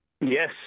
Yes